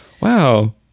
Wow